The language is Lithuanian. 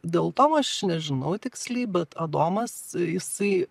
dėl to aš nežinau tiksliai bet adomas jisai